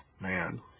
Man